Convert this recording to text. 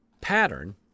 pattern